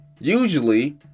Usually